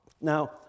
Now